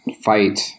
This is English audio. fight